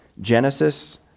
Genesis